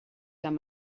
amb